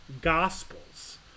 Gospels